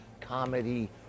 comedy